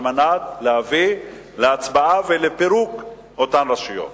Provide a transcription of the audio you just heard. על מנת להביא להצבעה את פירוק אותן רשויות.